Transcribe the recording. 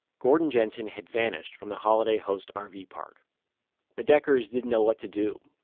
gordon jensen had vanished from the holiday host ah rv yeah park the deckers didn't know what to do.